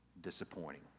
disappointing